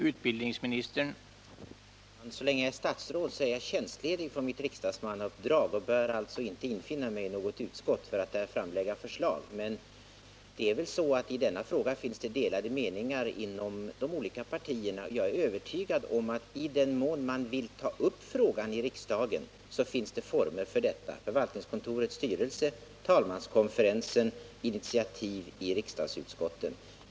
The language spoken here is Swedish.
Herr talman! Så länge jag är statsråd är jag tjänstledig från mitt riksdagsmannauppdrag och bör alltså inte infinna mig i något utskott för att där framlägga förslag. Men det är väl så att i denna fråga finns delade meningar inom de olika partierna. Jag är övertygad om att i den mån man vill ta upp frågan i riksdagen så finns det former för detta — hänvändelse till förvaltningskontorets styrelse eller talmanskonferensen och initiativ i riksdagsutskotten.